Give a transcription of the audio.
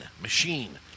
Machine